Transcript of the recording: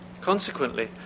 Consequently